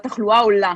והתחלואה עולה,